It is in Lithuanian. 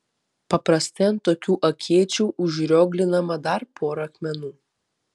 paprastai ant tokių akėčių užrioglinama dar pora akmenų